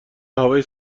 هوای